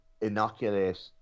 inoculate